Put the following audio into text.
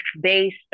based